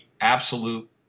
absolute